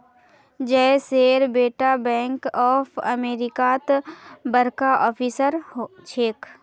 जयेशेर बेटा bank of अमेरिकात बड़का ऑफिसर छेक